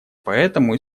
поэтому